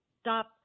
stop